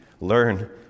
learn